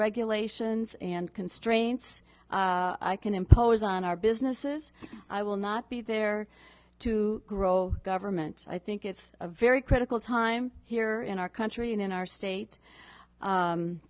regulations and constraints i can impose on our businesses i will not be there to grow government i think it's a very critical time here in our country and in our state